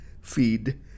feed